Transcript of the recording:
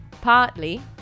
partly